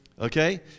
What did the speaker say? okay